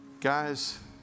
Guys